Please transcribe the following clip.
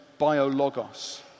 BioLogos